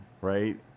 right